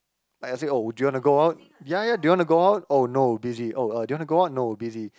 like I say oh would you want to go out ya ya do you want to go out oh no busy oh uh do you want to go out no busy